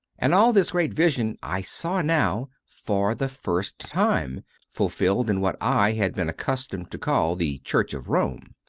and all this great vision i saw now for the first time fulfilled in what i had been accustomed to call the church of rome.